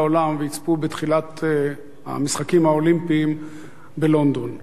העולם ויצפו בתחילת המשחקים האולימפיים בלונדון.